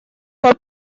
for